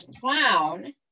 clown